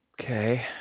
Okay